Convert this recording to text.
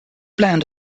blend